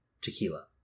tequila